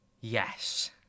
yes